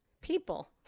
people